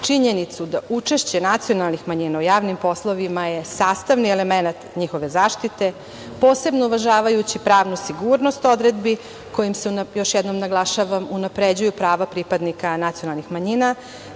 činjenicu da učešće nacionalnih manjina u javnim poslovima je sastavni element njihove zaštite, posebno uvažavajući pravnu sigurnost odredbi kojima se, još jednom naglašavam, unapređuju prava pripadnika nacionalnih manjina,